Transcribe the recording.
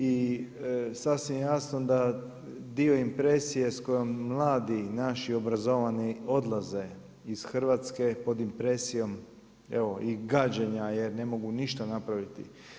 I sasvim je jasno da dio impresije sa kojom mladi naši obrazovani odlaze iz Hrvatske pod impresijom evo i gađenja jer ne mogu ništa napraviti.